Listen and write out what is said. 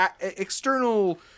external